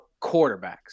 quarterbacks